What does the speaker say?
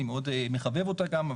אני מאוד מחבב אותה גם.